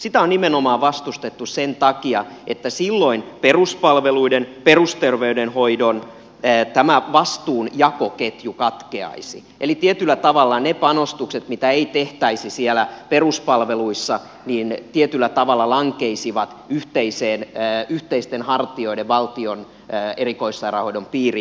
sitä on nimenomaan vastustettu sen takia että silloin peruspalveluiden perusterveydenhoidon vastuunjakoketju katkeaisi eli tietyllä tavalla ne panostukset mitä ei tehtäisi peruspalveluissa lankeaisivat yhteisten hartioiden valtion erikoissairaanhoidon piiriin